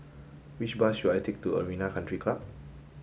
which bus should I take to Arena Country Club